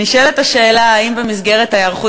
נשאלת השאלה, האם במסגרת ההיערכות